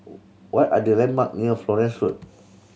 what are the landmark near Florence Road